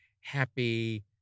happy